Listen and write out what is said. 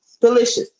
delicious